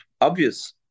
obvious